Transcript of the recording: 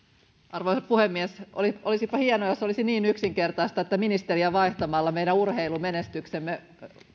arvoisa puhemies olisipa hienoa jos olisi niin yksinkertaista että ministeriä vaihtamalla meidän urheilumenestyksemme